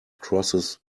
crosses